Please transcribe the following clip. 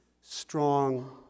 strong